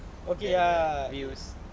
okay uh